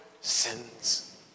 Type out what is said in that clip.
sins